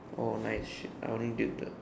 oh nice I only did the